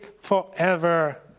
forever